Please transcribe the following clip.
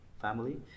family